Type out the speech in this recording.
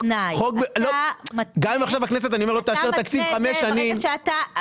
גם אם עכשיו הכנסת לא תאשר תקציב חמש שנים --- אתה מתנה את זה.